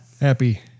Happy